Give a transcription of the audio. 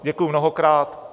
Děkuji mnohokrát.